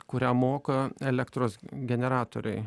kurią moka elektros generatoriai